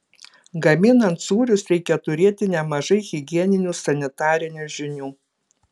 gaminant sūrius reikia turėti nemažai higieninių sanitarinių žinių